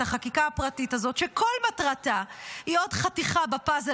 את החקיקה הפרטית הזאת שכל מטרתה היא עוד חתיכה בפאזל